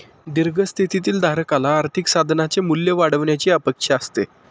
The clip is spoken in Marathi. दीर्घ स्थितीतील धारकाला आर्थिक साधनाचे मूल्य वाढण्याची अपेक्षा असते